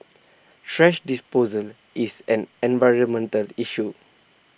thrash disposal is an environmental issue